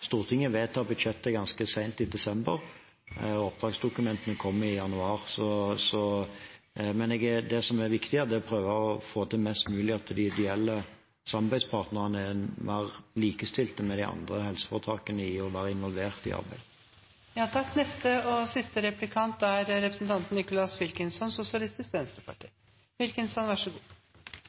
Stortinget vedtar budsjettet ganske seint i desember, og oppdragsdokumentene kommer i januar. Men det som er viktig her, er å prøve i størst mulig grad å få til at de ideelle samarbeidspartnerne er mer likestilt med de andre helseforetakene i å være involvert i arbeidet. Vi foreslår at den private helseaktøren ikke kan endre driftsform fra ideell til kommersiell underveis i kontraktsperioden. Hvorfor er